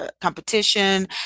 competition